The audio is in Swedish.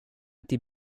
till